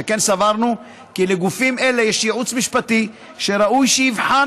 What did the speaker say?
שכן סברנו כי לגופים אלה יש ייעוץ משפטי שראוי שיבחן